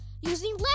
using